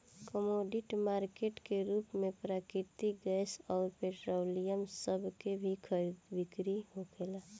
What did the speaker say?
commodity market के रूप में प्राकृतिक गैस अउर पेट्रोलियम सभ के भी खरीद बिक्री होखेला